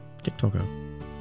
TikToker